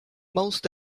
most